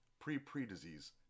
pre-pre-disease